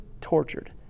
tortured